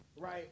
Right